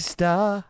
Star